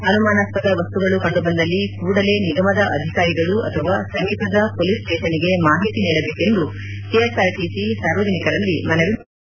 ಅನುಮಾನಾಸ್ವದ ವಸ್ತುಗಳ ಕಂಡುಬಂದಲ್ಲಿ ಕೂಡಲೇ ನಿಗಮದ ಅಧಿಕಾರಿಗಳು ಅಥವಾ ಸಮೀಪದ ಪೊಲೀಸ್ ಸ್ಟೇಷನ್ಗೆ ಮಾಹಿತಿ ನೀಡಬೇಕೆಂದು ಕೆಎಸ್ಆರ್ಟಿಸಿ ಸಾರ್ವಜನಿಕರಲ್ಲಿ ಮನವಿ ಮಾಡಿಕೊಂಡಿದೆ